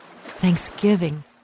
thanksgiving